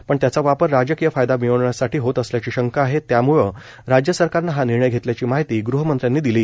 पण त्यांचा वापर राजकीय फायदा मिळवण्यासाठी होत असल्याची शंका आहे त्याम्ळं राज्य सरकारनं हा निर्णय घेतल्याची माहिती गृहमंत्र्यांनी दिली